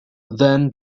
then